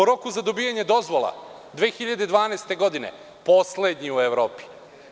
Po roku za dobijanje dozvola 2012. godine – poslednji u Evropi.